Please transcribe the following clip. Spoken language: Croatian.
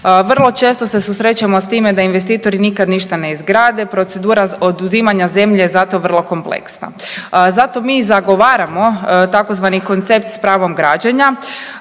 Vrlo često se susrećemo s time da investitori nikad ništa ne izgrade, procedura oduzimanja zemlje je zato vrlo kompleksna. Zato mi zagovaramo tzv. koncept s pravom građenja